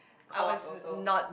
course also